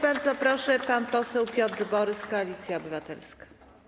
Bardzo proszę, pan poseł Piotr Borys, Koalicja Obywatelska.